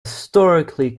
historically